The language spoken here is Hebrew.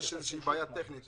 יש איזושהי בעיה טכנית.